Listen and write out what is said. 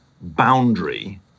boundary